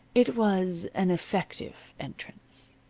it was an effective entrance.